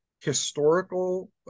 historical